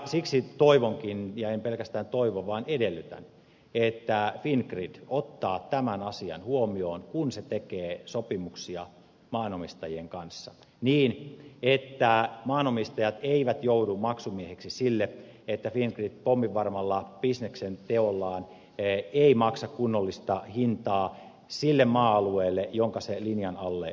siksi toivonkin ja en pelkästään toivo vaan edellytän että fingrid ottaa tämän asian huomioon kun se tekee sopimuksia maanomistajien kanssa niin että maanomistajat eivät joudu maksumiehiksi sille että fingrid pomminvarmalla bisneksenteollaan ei maksa kunnollista hintaa sille maa alueelle jonka se linjan alle lunastaa